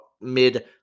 Mid